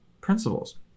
principles